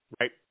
Right